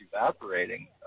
evaporating